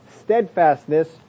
steadfastness